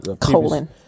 Colon